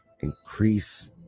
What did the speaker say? Increase